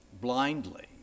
blindly